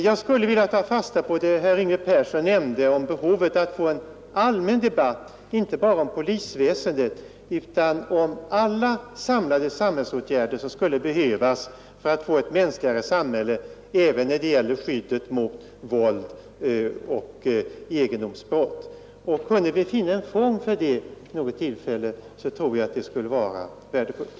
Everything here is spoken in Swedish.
Jag skulle vilja ta fasta på det som herr Yngve Persson nämnde rörande behovet av en allmän debatt inte bara om polisväsendet utan om alla samlade samhällsåtgärder som skulle behövas för att få ett mänskligare samhälle även när det gäller skyddet mot våldsoch egendomsbrott. Kunde vi finna en form för det vid något tillfälle, tror jag att det skulle vara värdefullt.